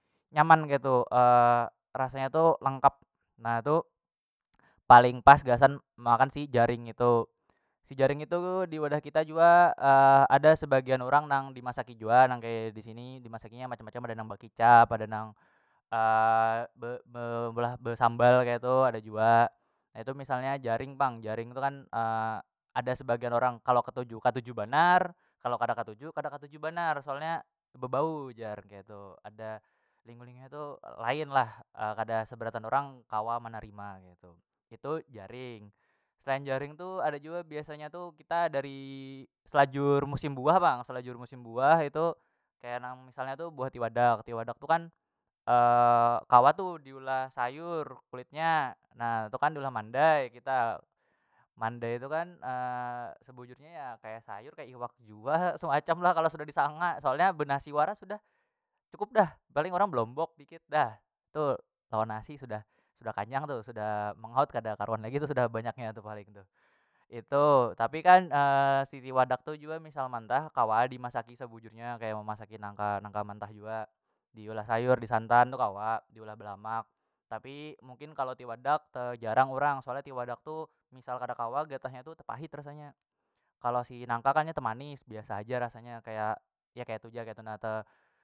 Nyaman ketu rasanya tu lengkap na tu paling pas gasan makan si jaring itu, si jaring itu diwadah kita jua ada sebagian orang nang dimasaki jua nang kaya disini dimasaki nya macam- macam ada nang bakicap ada nang be be ulah besambal ketu ada jua nah itu misalnya jaring pang jaring tu kan ada sebagian orang kalo ketuju katuju banar kalo kada katuju kada katuju banar soalnya bebau jar keitu ada tu lain lah kada seberataan orang kawa manarima keitu, itu jaring. Selain jaring tu ada jua biasanya tu kita dari selajur musim buah pang selajur musim buah itu kaya nang misalnya tu buah tiwadak- tiwadak tu kan kawa tu diulah sayur kulitnya na tu kan diulah mandai kita, mandai tu kan sebujurnya ya kaya sayur kaya iwak jua semacam lo kalo sudah disanga soalnya be nasi wara sudah cukup dah paling orang belombok dikit dah tu lawan nasi sudah- sudah kanyang tu sudah mengaut kada karuan lagi tu sudah banyaknya tu paling tuh. Itu tapi kan si tiwadak tu jua misalnya mantah kawa ai dimasaki sabujurnya kaya memasaki nangka- nangka mentah jua diolah sayur disantan tu kawa diulah belamak tapi mungkin kalo tiwadak tejarang urang soalnya tiwadak tu misal kada kawa gatahnya tu tepahit rasanya, kalo si nangka kan nya temanis biasa haja rasanya kaya ya ketu ja ketu na te.